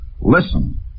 Listen